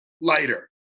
lighter